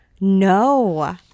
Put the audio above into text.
No